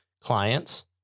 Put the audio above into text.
clients